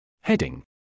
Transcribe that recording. Heading